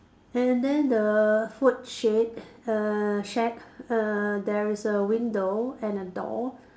and then the food shade err shack err there is a window and a door